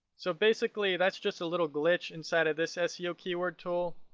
so basically that's just a little glitch inside of this ah seo keyword tool.